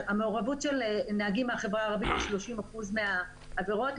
המעורבות של נהגים מהחברה הערבית היא 30% מהעבירות,